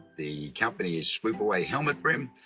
the company is swoop away helmet rim,